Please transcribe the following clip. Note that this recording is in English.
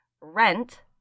Rent